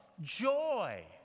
joy